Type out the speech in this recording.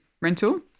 rental